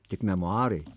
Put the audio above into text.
tik memuarai